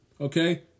Okay